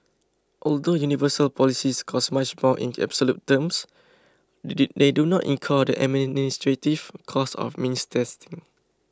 although universal policies cost much more in absolute terms they do not incur the administrative costs of means testing